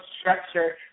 structure